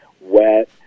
wet